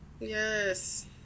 Yes